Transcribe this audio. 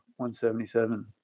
177